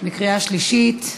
בקריאה שלישית.